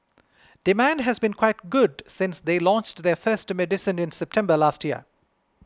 demand has been quite good since they launched their first medicine in September last year